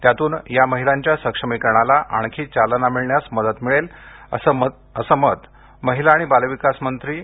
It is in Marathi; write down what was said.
त्यातून या महिलांच्या सक्षमीकरणाला आणखी चालना मिळण्यास मदत मिळेल असं मत महिला आणि बाल विकास मंत्री ऍड